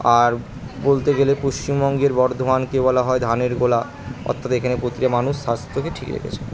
আর বলতে গেলে পশ্চিমবঙ্গের বর্ধমানকে বলা হয় ধানের গোলা অর্থাৎ এখানে প্রতিটা মানুষ স্বাস্থ্যকে ঠিক রেখেছে